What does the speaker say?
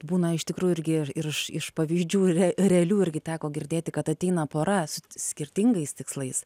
būna iš tikrųjų irgi ir iš pavyzdžių yra realių irgi teko girdėti kad ateina pora su skirtingais tikslais